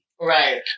Right